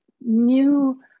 new